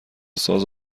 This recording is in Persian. ساز